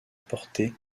portée